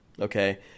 Okay